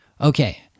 Okay